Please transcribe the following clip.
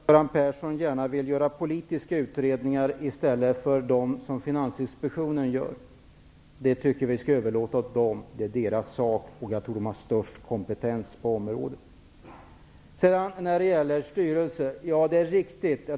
Herr talman! Jag förstår att Göran Persson gärna vill göra politiska utredningar i stället för de utredningar som Finansinspektionen gör. Sådant tycker jag vi skall överlåta åt Finansinspektionen, som har den största kompetensen på området.